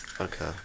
Okay